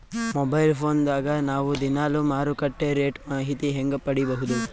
Mobile phone ದಾಗ ನಾವು ದಿನಾಲು ಮಾರುಕಟ್ಟೆ ರೇಟ್ ಮಾಹಿತಿ ಹೆಂಗ ಪಡಿಬಹುದು?